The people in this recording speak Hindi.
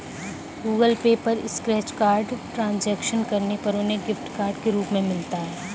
गूगल पे पर स्क्रैच कार्ड ट्रांजैक्शन करने पर उन्हें गिफ्ट कार्ड के रूप में मिलता है